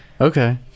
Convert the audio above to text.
Okay